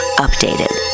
Updated